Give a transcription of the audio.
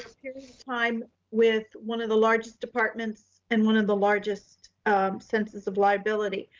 this period of time with one of the largest departments and one of the largest census of liability,